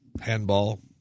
handball